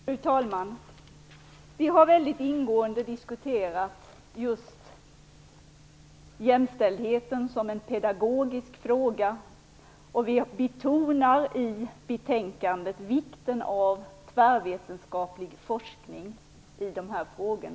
Fru talman! Vi har mycket ingående diskuterat just jämställdheten som en pedagogisk fråga, och vi betonar i betänkandet vikten av tvärvetenskaplig forskning i dessa frågor.